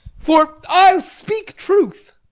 for i'll speak truth.